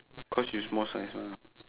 cause you small size mah